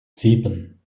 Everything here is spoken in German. sieben